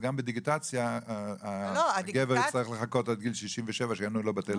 אז גם בדיגיטציה הגבר יצטרך לחכות עד גיל 67 שיענו לו בטלפון.